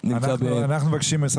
נמצא ב --- אנחנו מבקשים ממשרד